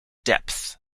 depth